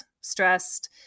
stressed